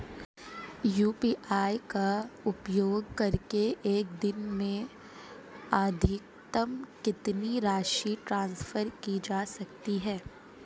UPI का उपयोग करके एक दिन में अधिकतम कितनी राशि ट्रांसफर की जा सकती है?